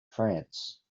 france